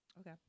Okay